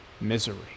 misery